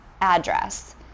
address